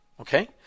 Okay